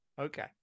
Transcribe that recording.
Okay